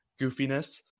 goofiness